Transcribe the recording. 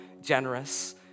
generous